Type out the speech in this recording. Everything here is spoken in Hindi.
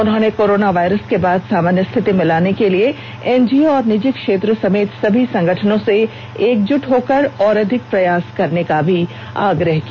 उन्होंने कोरोना वायरस के बाद सामान्य स्थिति में लाने के लिए एनजीओ और निजी क्षेत्र समेत सभी संगठनों से एकजुट होकर और अधिक प्रयास करने का भी आग्रह किया